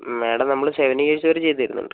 madam നമ്മൾ seven years വരെ ചെയ്തു തരുന്നുണ്ട്